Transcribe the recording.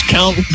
Count